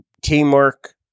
teamwork